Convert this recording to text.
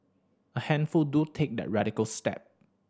a handful do take that radical step